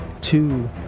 two